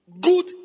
good